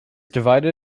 divided